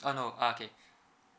uh no okay